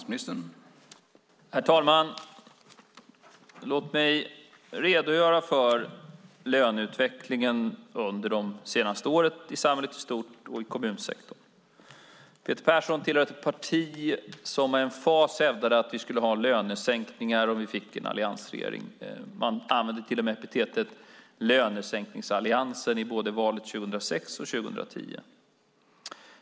Herr talman! Låt mig redogöra för löneutvecklingen under de senaste åren i samhället i stort och i kommunsektorn. Peter Persson tillhör ett parti som med emfas hävdade att det skulle bli lönesänkningar om vi fick en alliansregering. Man använde till och med epitetet "lönesänkningsalliansen" i både valet 2006 och valet 2010.